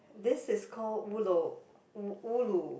this is called ulo u~ ulu